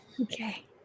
okay